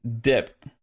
dip